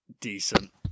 Decent